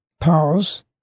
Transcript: pause